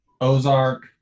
ozark